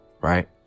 right